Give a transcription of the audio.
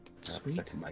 Sweet